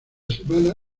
semana